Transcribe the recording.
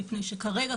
משום שכרגע,